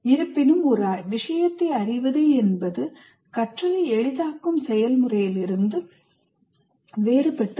இருப்பினும் ஒரு விஷயத்தை அறிவது என்பது கற்றலை எளிதாக்கும் செயல்முறையிலிருந்து வேறுபட்டது